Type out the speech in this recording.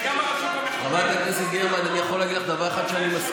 אני יכול לקבל עוד אחר כך?